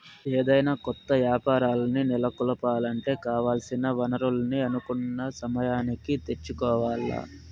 ఏదైనా కొత్త యాపారాల్ని నెలకొలపాలంటే కావాల్సిన వనరుల్ని అనుకున్న సమయానికి తెచ్చుకోవాల్ల